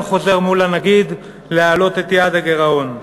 חוזר מול הנגיד להעלות את יעד הגירעון.